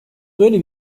böyle